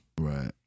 right